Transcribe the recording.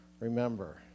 Remember